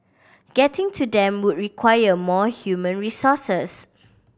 getting to them would require more human resources